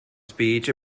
speech